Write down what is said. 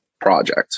project